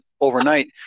overnight